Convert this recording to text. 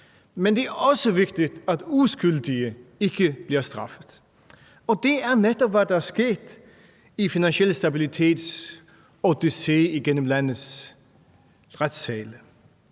Men det er også vigtigt, at uskyldige ikke bliver straffet, og det er netop, hvad der er sket ved Finansiel Stabilitets odyssé gennem landets retssale.